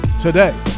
today